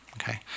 Okay